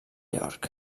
york